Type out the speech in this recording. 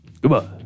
goodbye